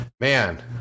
man